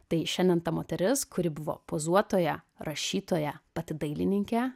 tai šiandien ta moteris kuri buvo pozuotoja rašytoja pati dailininkė